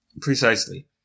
Precisely